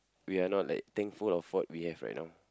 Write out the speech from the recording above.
we are not like thankful of what we have right now